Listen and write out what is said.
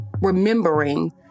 remembering